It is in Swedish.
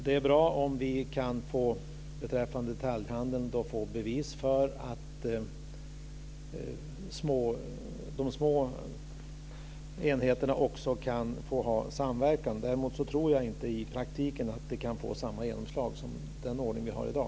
Det är bra om vi beträffande detaljhandeln kan få bevis för att de små enheterna också kan få ha en samverkan. Däremot tror jag inte att detta i praktiken kan få samma genomslag som den ordning som vi har i dag.